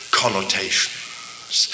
connotations